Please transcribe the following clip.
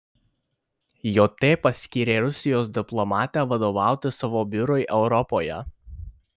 jt paskyrė rusijos diplomatę vadovauti savo biurui europoje